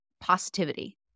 positivity